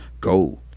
go